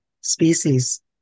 species